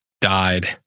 Died